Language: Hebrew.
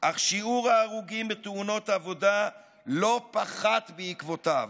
אך שיעור ההרוגים בתאונות עבודה לא פחת בעקבותיו.